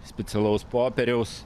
specialaus popieriaus